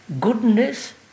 goodness